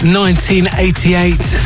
1988